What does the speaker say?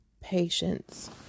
patience